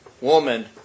woman